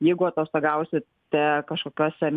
jeigu atostogausite kažkokiuose